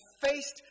faced